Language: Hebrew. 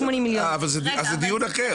אבל זה דיון אחר.